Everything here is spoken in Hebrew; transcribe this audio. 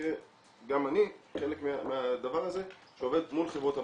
במקרה גם אני חלק מהדבר הזה שעובד מול חברות הבקרה.